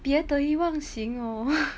别得意忘形哦